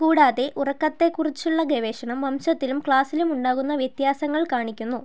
കൂടാതെ ഉറക്കത്തെക്കുറിച്ചുള്ള ഗവേഷണം വംശത്തിലും ക്ലാസിലും ഉണ്ടാകുന്ന വ്യത്യാസങ്ങൾ കാണിക്കുന്നു